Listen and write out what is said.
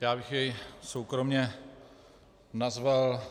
Já bych jej soukromě nazval